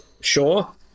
Sure